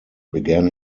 began